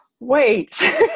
Wait